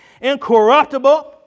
incorruptible